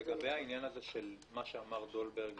לגבי העניין הזה של מה שאמר דולברג,